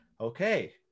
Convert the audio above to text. okay